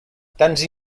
tants